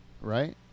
right